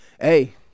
Hey